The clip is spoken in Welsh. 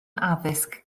addysg